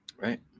Right